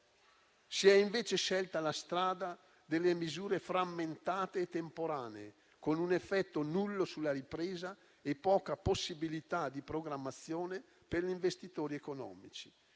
Si è, invece, scelta la strada delle misure frammentate e temporanee, con un effetto nullo sulla ripresa e poca possibilità di programmazione per gli investitori economici.